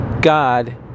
God